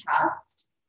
trust